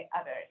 others